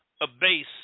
abase